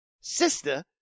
sister